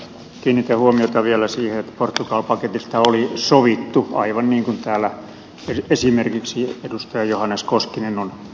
kiinnitän huomiota vielä siihen että portugali paketista oli sovittu aivan niin kuin täällä esimerkiksi edustaja johannes koskinen on aikaisemmin maininnut